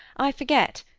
i forget,